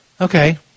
Okay